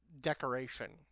decoration